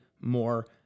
more